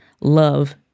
love